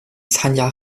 参加